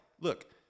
look